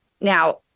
Now